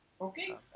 Okay